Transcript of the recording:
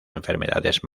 enfermedades